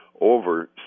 over